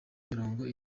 mirongo